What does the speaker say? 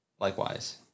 Likewise